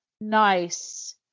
nice